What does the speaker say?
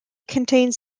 contains